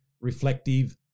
reflective